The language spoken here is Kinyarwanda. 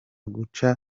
guca